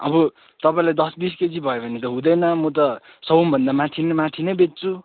अब तपाईँलाई दस बिस केजी भयो भने त हुँदैन म त सौ भन्दा माथी नै माथी नै बेच्छु